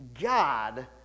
God